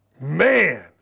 Man